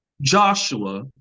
Joshua